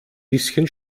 bisschen